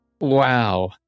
Wow